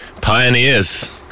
Pioneers